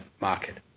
market